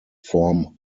form